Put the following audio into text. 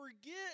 forget